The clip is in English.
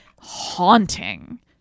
haunting